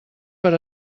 per